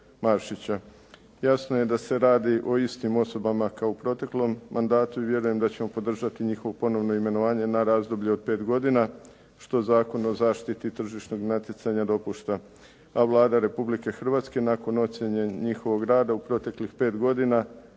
Maršića. Jasno je da se radi o istim osobama kao u proteklom mandatu i vjerujem da ćemo podržati njihovo ponovno imenovanje na razdoblje od 5 godina, što Zakon o zaštiti tržišnog natjecanja dopušta, a Vlada Republike Hrvatske nakon ocjene njihovog rada u proteklih 5 godina